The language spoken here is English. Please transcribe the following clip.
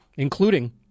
Including